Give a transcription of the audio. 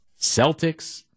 Celtics